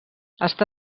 està